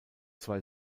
zwei